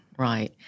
Right